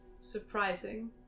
surprising